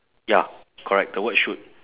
ya correct the word shoot